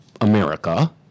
America